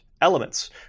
elements